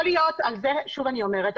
שוב אני אומרת,